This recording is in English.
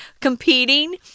competing